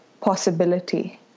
possibility